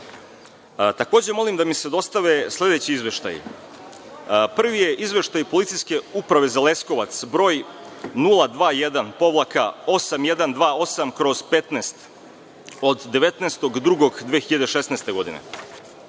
molim da mi se dostave sledeći izveštaji. Prvi je izveštaj Policijske uprave za Leskovac, broj 021-8128/15 od 19.02.2016. godine.